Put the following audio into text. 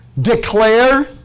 Declare